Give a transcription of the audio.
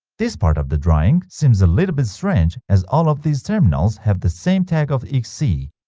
this part of the drawing seems a little bit strange as all of these terminals have the same tag of xc